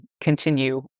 continue